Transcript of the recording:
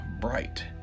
bright